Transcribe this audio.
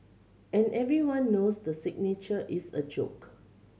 and everyone knows the signature is a joke